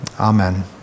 amen